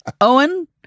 Owen